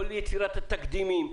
כל יצירת התקדימים,